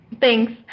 Thanks